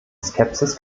skepsis